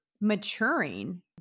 maturing